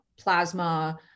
plasma